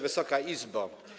Wysoka Izbo!